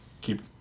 Keep